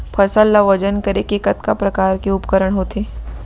फसल ला वजन करे के कतका प्रकार के उपकरण होथे?